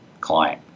client